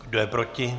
Kdo je proti?